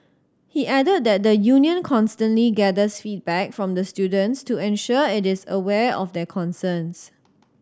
he added that the union constantly gathers feedback from the students to ensure it is aware of their concerns